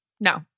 No